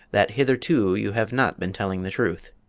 that hitherto you have not been telling the truth?